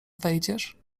wejdziesz